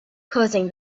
causing